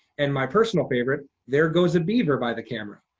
and my personal favorite, there goes a beaver by the camera.